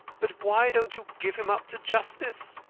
but why don't you give him up to justice?